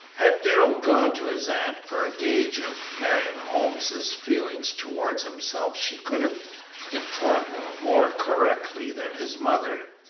had darrell gone to his aunt for a gauge of marion holmes's feelings towards himself she could have informed him more correctly than his mother.